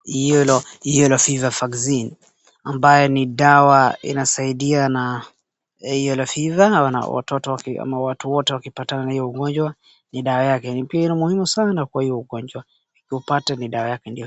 Yellow fever vaccine ambayo ni dawa inasaidia na yellow fever watoto ama watu wote wakipatana na hiyo ugonjwa ni dawa yake. Pia ni muhimu sana kwa hii ugonjwa upate ni dawa yake.